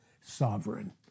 Sovereign